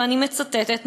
ואני מצטטת,